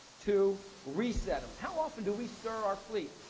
two, reset em. how often do we stir our fleet?